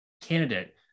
candidate